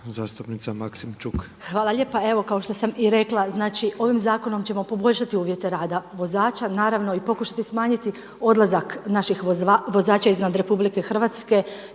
Ljubica (HDZ)** Hvala lijepa. Evo kao što sam i rekla znači ovim zakonom ćemo poboljšati uvjete rada vozača naravno i pokušati smanjiti odlazak naših vozača izvan RH jer statistike